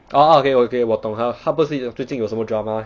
orh ah okay okay 我懂他他最近不是有什么 drama meh